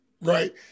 right